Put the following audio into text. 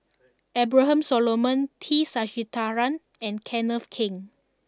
Abraham Solomon T Sasitharan and Kenneth Keng